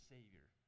Savior